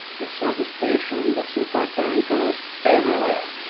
the service stations, the supertankers everywhere!